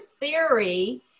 theory